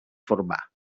formar